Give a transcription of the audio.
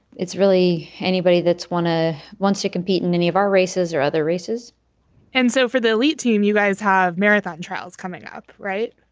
it's really anybody that's want to wants to compete in any of our races or other races and so for the elite team, you guys have marathon trials coming up, right?